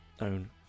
own